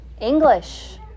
English